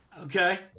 Okay